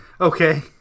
Okay